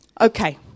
Okay